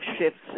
shifts